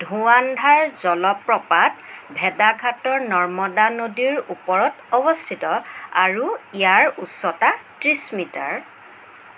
ধুৱান্ধাৰ জলপ্ৰপাত ভেদাঘাটৰ নৰ্মদা নদীৰ ওপৰত অৱস্থিত আৰু ইয়াৰ উচ্চতা ত্ৰিছ মিটাৰ